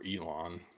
Elon